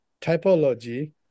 typology